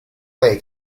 lei